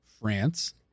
France